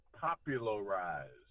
popularized